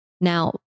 Now